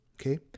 Okay